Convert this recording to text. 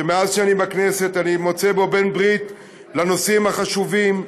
שמאז שאני בכנסת אני מוצא בן-ברית לנושאים החשובים,